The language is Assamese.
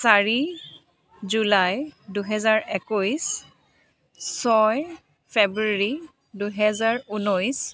চাৰি জুলাই দুহেজাৰ একৈছ ছয় ফেব্ৰুৱাৰী দুহেজাৰ ঊনৈছ